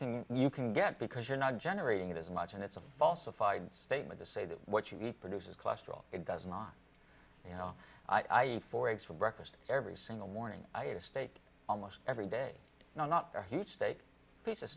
can you can get because you're not generating it as much and it's a falsified state with the say that what you eat produces cholesterol it does not you know i eat for eggs for breakfast every single morning i eat a steak almost every day and i'm not a huge state piece of